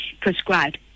prescribed